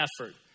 effort